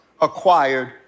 acquired